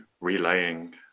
relaying